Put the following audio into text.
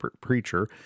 preacher